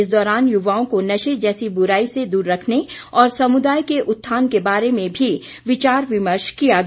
इस दौरान युवाओं को नशे जैसी बुराई से दूर रखने और समुदाय के उत्थान के बारे में भी विचार विर्मश किया गया